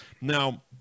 Now